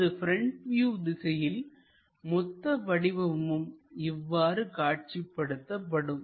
நமது front view திசையில் மொத்த வடிவமும் இவ்வாறு காட்சிப்படுத்தப்படும்